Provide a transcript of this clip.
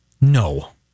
No